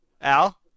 Al